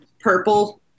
purple